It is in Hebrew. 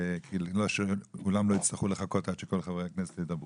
כדי שלא כולם יצטרכו לחכות עד שכל חברי הכנסת ידברו.